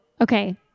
okay